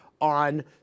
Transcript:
on